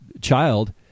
child